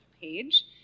page